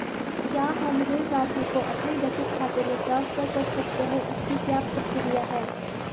क्या हम ऋण राशि को अपने बचत खाते में ट्रांसफर कर सकते हैं इसकी क्या प्रक्रिया है?